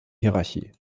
hierarchie